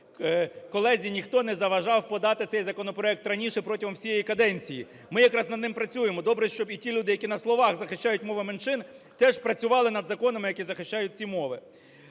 колезі ніхто не заважав подати цей законопроект раніше протягом всієї каденції. Ми якраз над ним працюємо. Добре, щоб і ті люди, які на словах захищають мови меншин, теж працювали над законами, які захищають ці мови.